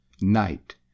night